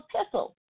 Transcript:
epistle